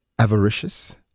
avaricious